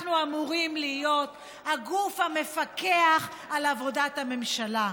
אנחנו אמורים להיות הגוף המפקח על עבודת הממשלה.